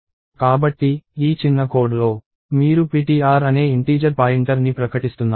కాబట్టి ఈ చిన్న కోడ్ లో మీరు ptr అనే ఇంటీజర్ పాయింటర్ని ప్రకటిస్తున్నారు